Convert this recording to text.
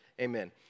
Amen